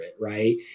right